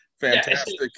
Fantastic